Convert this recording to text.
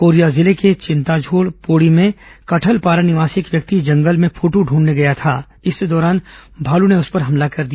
Korea जिले के चिताझोर पोड़ी में कटहलपारा निवासी एक व्यक्ति जंगल में फुदू दूंढने गया था इसी दौरान भालू ने उस पर हमला कर दिया